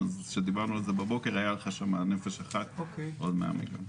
אז כשדיברנו על זה בבוקר היה לך שם ל"נפש אחת" עוד 100 מיליון.